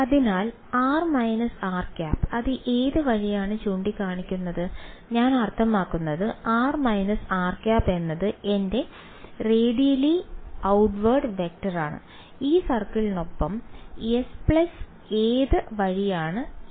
അതിനാൽ r − rˆ അത് ഏത് വഴിയാണ് ചൂണ്ടിക്കാണിക്കുന്നത് ഞാൻ അർത്ഥമാക്കുന്നത് r − rˆ എന്നത് എന്റെ റേഡിയൽ ഔട്ട്വേർഡ് വെക്ടറാണ് ഈ സർക്കിളിനൊപ്പം S ഏത് വഴിയാണ് nˆ